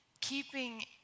keeping